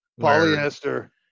Polyester